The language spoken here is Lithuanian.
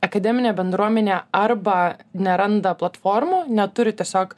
akademinė bendruomenė arba neranda platformų neturi tiesiog